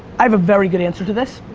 i have a very good answer to this.